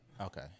Okay